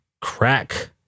crack